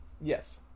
Yes